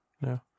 No